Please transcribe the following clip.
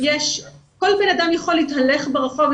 כל בן אדם יכול להתהלך ברחוב,